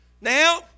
now